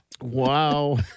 Wow